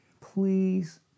please